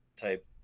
type